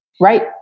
Right